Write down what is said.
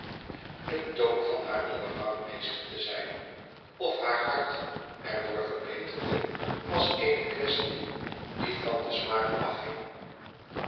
den toon vanhaar nieuwen rang meester te zijn of haar hart er door verbeterde was eene quaestie die van den smaak af hing